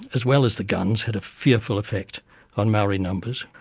as well as the guns, had a fearful effect on maori numbers.